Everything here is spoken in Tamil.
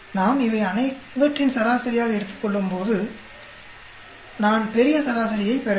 நாம் இவை அனைவற்றின் சராசரியாக எடுத்துக் கொள்ளும்போது நான் பெரிய சராசரியைப் பெற வேண்டும்